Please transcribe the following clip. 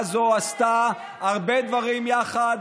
בבקשה להמשיך.